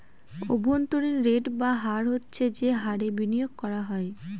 অভ্যন্তরীন রেট বা হার হচ্ছে যে হারে বিনিয়োগ করা হয়